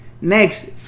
Next